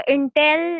Intel